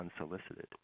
unsolicited